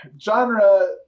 Genre